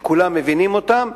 שכולם מבינים אותם,